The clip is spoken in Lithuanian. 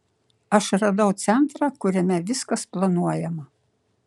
aš radau centrą kuriame viskas planuojama